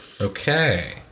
okay